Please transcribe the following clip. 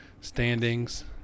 standings